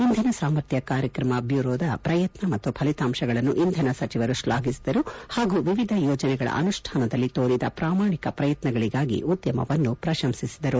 ಇಂಧನ ಸಾಮರ್ಥ್ನ ಕಾರ್ಯಕ್ರಮ ಬ್ಲೂರೋದ ಪ್ರಯತ್ನ ಮತ್ತು ಫಲಿತಾಂಶಗಳನ್ನು ಇಂಧನ ಸಚಿವರು ತ್ಲಾಭಿಸಿದರು ಹಾಗೂ ವಿವಿಧ ಯೋಜನೆಗಳ ಅನುಷ್ಠಾನದಲ್ಲಿ ತೋರಿದ ಪ್ರಾಮಾಣಿಕ ಪ್ರಯತ್ನಗಳಿಗಾಗಿ ಉದ್ಯಮವನ್ನು ಪ್ರಶಂಸಿಸಿದರು